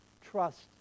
Trust